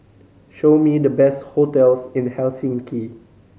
show me the best hotels in Helsinki